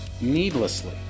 needlessly